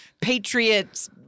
patriots